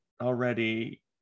already